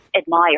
admire